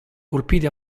colpiti